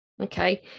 okay